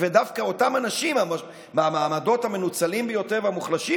ודווקא אותם אנשים במעמדות המנוצלים ביותר והמוחלשים